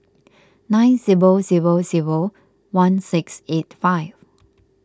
nine zero zero zero one six eight five